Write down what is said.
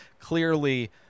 Clearly